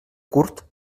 curt